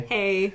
Hey